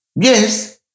Yes